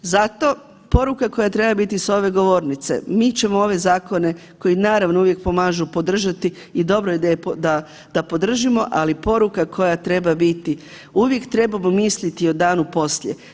Zato poruka koja treba biti s ove govornice, mi ćemo ove zakone koji naravno uvijek pomažu podržati i dobro je da podržimo, ali poruka koja treba biti uvijek trebamo misliti o danu poslije.